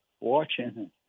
watching